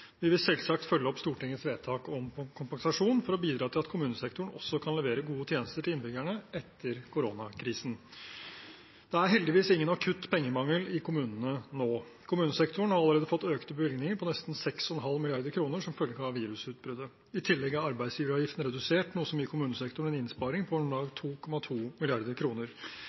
Vi vil selvsagt følge opp Stortingets vedtak om kompensasjon for å bidra til at kommunesektoren kan levere gode tjenester til innbyggerne også etter koronakrisen. Det er heldigvis ingen akutt pengemangel i kommunene nå. Kommunesektoren har allerede fått økte bevilgninger på nesten 6,5 mrd. kr som følge av virusutbruddet. I tillegg er arbeidsgiveravgiften redusert, noe som gir kommunesektoren en innsparing på om lag 2,2